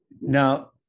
Now